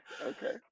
okay